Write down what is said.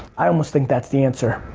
i almost think that's the answer.